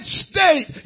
state